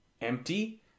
empty